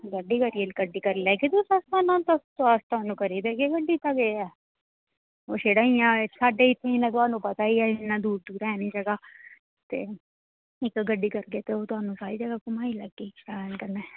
गड्डी करियै गड्डी करी लैगे सानूं तुस स्हानू दस्सो थोहानूं करी देगे गड्डी इत्थै केह् ऐ साढ़े तोहानूं पता ई ऐ इन्ना दूर दूर ऐ निं जगहा ते इक गड्डी करगे ते ओह् सारी जगह् घुमाई देगे